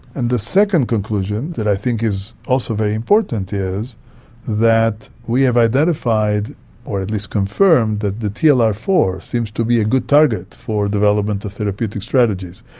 and the second conclusion that i think is also very important is that we have identified or at least confirmed that the t l r four seems to be a good target for development of therapeutic strategies.